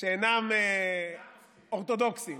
שאינם אורתודוקסים.